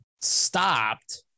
stopped